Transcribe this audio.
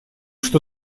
что